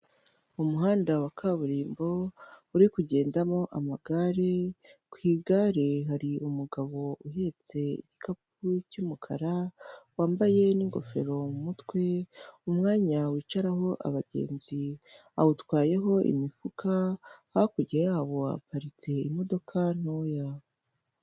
Umuhanda wa kaburimbo uri kugendamo amagare, ku igare hari umugabo uhetse igikapu cy'umukara, wambaye n'ingofero mu mutwe, umwanya wicaraho abagenzi awutwayeho imifuka, hakurya yabo haparitse imodoka ntoya.